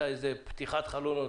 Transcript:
מתי לפתוח חלונות,